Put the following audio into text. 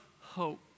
hope